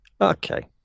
Okay